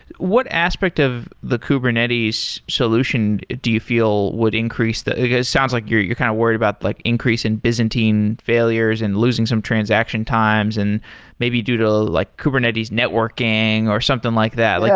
what aspect of the kubernetes solution do you feel would increase the it sounds like you're you're kind of worried about like increase in byzantine failures and losing some transaction times, and maybe due to like kubernetes networking or something like that.